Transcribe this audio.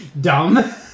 dumb